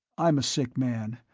i'm a sick man,